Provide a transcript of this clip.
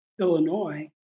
Illinois